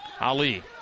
Ali